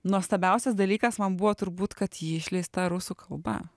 nuostabiausias dalykas man buvo turbūt kad ji išleista rusų kalba